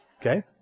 Okay